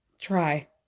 Try